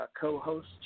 co-host